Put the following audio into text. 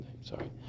sorry